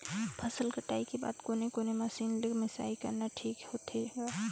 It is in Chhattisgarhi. फसल कटाई के बाद कोने कोने मशीन ले मिसाई करना ठीक होथे ग?